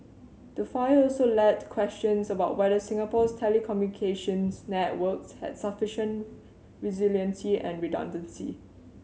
the fire also led to questions about whether Singapore's telecommunications networks had sufficient resiliency and redundancy